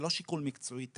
זה לא שיקול מקצועי תקציבי,